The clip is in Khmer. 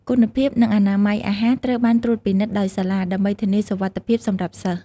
គុណភាព និងអនាម័យអាហារត្រូវបានត្រួតពិនិត្យដោយសាលា ដើម្បីធានាសុវត្ថិភាពសម្រាប់សិស្ស។